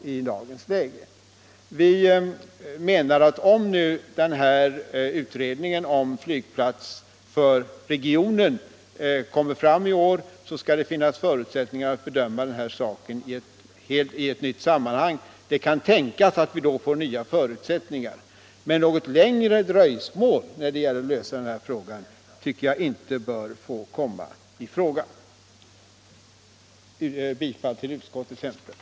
Vi menar att om utredningen om flygplats för regionen blir färdig i år skall det finnas förutsättningar att bedöma den här frågan i ett nytt sammanhang. Det kan tänkas att förutsättningarna då är helt andra. Något längre dröjsmål med att lösa frågan bör emellertid inte få komma i fråga. Jag ber att få yrka bifall till utskottets hemställan.